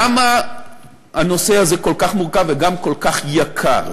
למה הנושא הזה כל כך מורכב וגם כל כך יקר?